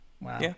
Wow